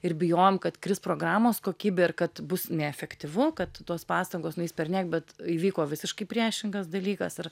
ir bijojom kad kris programos kokybė ir kad bus neefektyvu kad tos pastangos nueis perniek bet įvyko visiškai priešingas dalykas ir